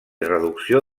reducció